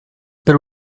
there